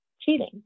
cheating